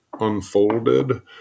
unfolded